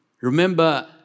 remember